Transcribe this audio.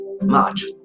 March